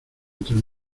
entre